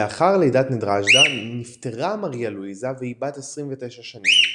לאחר לידת נדז'דה נפטרה מריה לואיזה והיא בת 29 שנים.